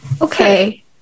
Okay